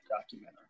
documentary